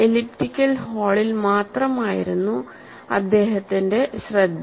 elliptical ഹോളിൽ മാത്രമായിരുന്നു അദ്ദേഹത്തിന്റെ ശ്രദ്ധ